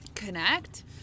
connect